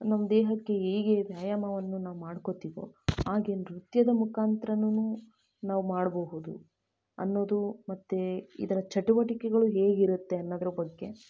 ನಮ್ಮ ದೇಹಕ್ಕೆ ಹೇಗೆ ವ್ಯಾಯಾಮವನ್ನು ನಾವು ಮಾಡ್ಕೋತೀವೋ ಹಾಗೆ ನೃತ್ಯದ ಮುಖಾಂತ್ರನು ನಾವು ಮಾಡಬಹುದು ಅನ್ನೋದು ಮತ್ತು ಇದರ ಚಟುವಟಿಕೆಗಳು ಹೇಗಿರುತ್ತೆ ಅನ್ನೋದರ ಬಗ್ಗೆ